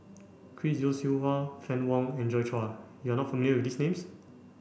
Chris Yeo Siew Hua Fann Wong and Joi Chua you are not familiar with these names